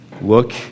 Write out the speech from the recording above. look